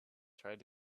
tried